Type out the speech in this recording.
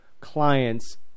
clients